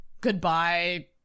goodbye